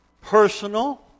personal